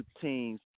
teams